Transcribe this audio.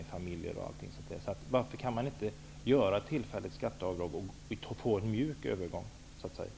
Därför undrar jag varför man inte kan göra ett tillfälligt skatteavdrag och få en mjuk övergång, så att säga.